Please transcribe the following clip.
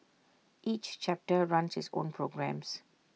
each chapter runs its own programmes